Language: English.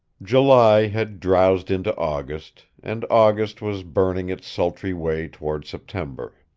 july had drowsed into august, and august was burning its sultry way toward september.